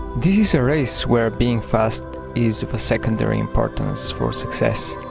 this is a race where being fast is of secondary importance for success.